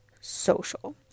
social